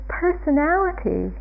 personality